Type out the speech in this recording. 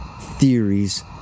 theories